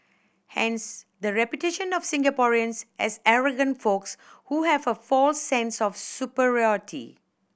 hence the reputation of Singaporeans as arrogant folks who have a false sense of superiority